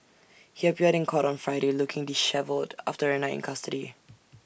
he appeared in court on Friday looking dishevelled after A night in custody